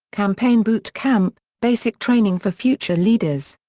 campaign boot camp basic training for future leaders.